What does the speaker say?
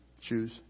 choose